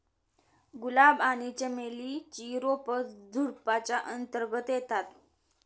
गुलाब आणि चमेली ची रोप झुडुपाच्या अंतर्गत येतात